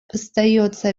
остается